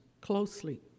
closely